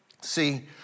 See